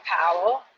Powell